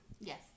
yes